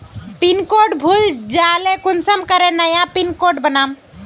Pin code भूले जाले कुंसम करे नया पिन कोड बनाम?